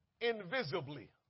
invisibly